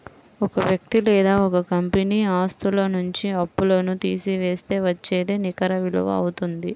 ఒక వ్యక్తి లేదా ఒక కంపెనీ ఆస్తుల నుంచి అప్పులను తీసివేస్తే వచ్చేదే నికర విలువ అవుతుంది